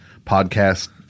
podcast